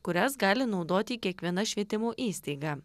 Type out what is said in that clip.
kurias gali naudoti kiekviena švietimo įstaiga